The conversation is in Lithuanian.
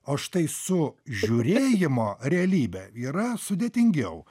o štai su žiūrėjimo realybe yra sudėtingiau